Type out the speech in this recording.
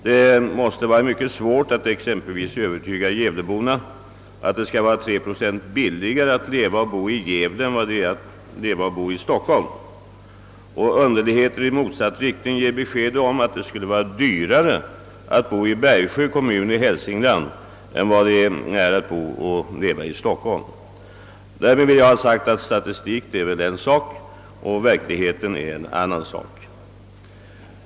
Det måste vara mycket svårt att exempelvis övertyga gävleborna om att det skall vara 3 procent billigare att leva och bo i Gävle än i Stockholm. Underligheter i motsatt riktning ger besked om att det skulle vara dyrare att bo i Bergsjö kommun i Hälsingland än vad det är att leva och bo i Stockholm. Därmed vill jag ha sagt att statistiken är en sak men verkligheten en annan sak.